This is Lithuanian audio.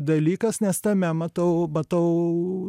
dalykas nes tame matau matau